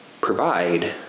provide